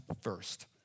first